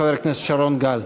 חבר הכנסת שרון גל.